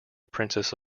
princess